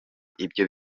ibyo